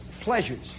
pleasures